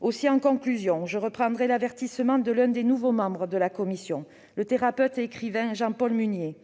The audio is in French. En conclusion, je reprendrai l'avertissement de l'un des nouveaux membres de la commission, le thérapeute et écrivain Jean-Paul Mugnier.